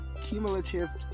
cumulative